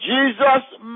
Jesus